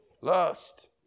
Lust